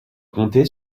compter